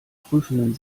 prüfenden